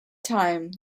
time